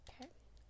okay